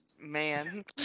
man